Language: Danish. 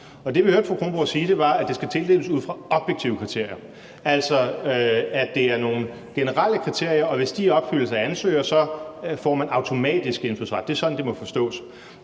det, vi hørte fru Susan Kronborg sige, var, at det skal tildeles ud fra objektive kriterier, altså at det er nogle generelle kriterier, og hvis de opfyldes af ansøgeren, får man automatisk indfødsret. Det er sådan, det må forstås,